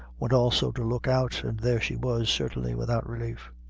went also to look out, and there she was, certainly without relief.